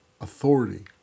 authority